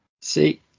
see